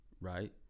right